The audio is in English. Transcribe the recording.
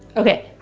ok.